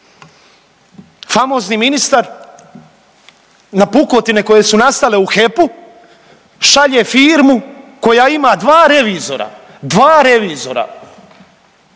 Famozni ministar na pukotine koje su nastale u HEP-u šalje firmu koja ima dva revizora, dva revizora.